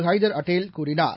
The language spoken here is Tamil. ஹைதர் அடேல் கூறினார்